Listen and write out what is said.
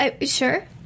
Sure